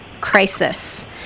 crisis